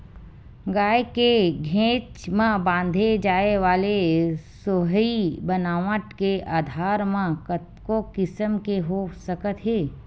गाय के घेंच म बांधे जाय वाले सोहई बनावट के आधार म कतको किसम के हो सकत हे